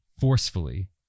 forcefully